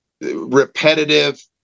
repetitive